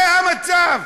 זה המצב.